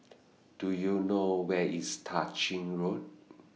Do YOU know Where IS Tah Ching Road